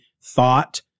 thought